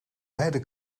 beide